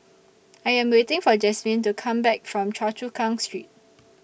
I Am waiting For Jasmyne to Come Back from Choa Chu Kang Street